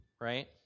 right